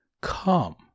come